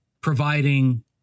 providing